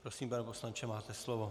Prosím, pane poslanče, máte slovo.